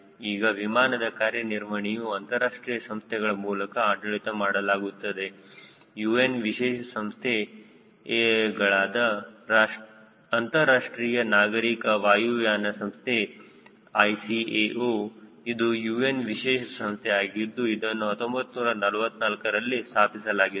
ಈಗ ವಿಮಾನದ ಕಾರ್ಯನಿರ್ವಹಣೆಯು ಅಂತರರಾಷ್ಟ್ರೀಯ ಸಂಸ್ಥೆಗಳ ಮೂಲಕ ಆಡಳಿತ ಮಾಡಲಾಗುತ್ತದೆ UN ವಿಶೇಷ ಸಂಸ್ಥೆ ಗಳಾದ ಅಂತರ್ರಾಷ್ಟ್ರೀಯ ನಾಗರೀಕ ವಾಯುಯಾನ ಸಂಸ್ಥೆ ICAO ಇದು UN ವಿಶೇಷ ಸಂಸ್ಥೆ ಆಗಿದ್ದು ಅದನ್ನು 1944ರಲ್ಲಿ ಸ್ಥಾಪಿಸಲಾಗಿತ್ತು